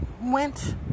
went